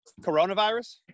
Coronavirus